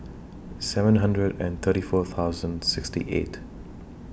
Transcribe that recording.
seven hundred and thirty four thousand sixty eight